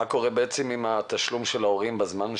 מה קורה עם תשלום ההורים בזמן הסגר?